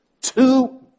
Two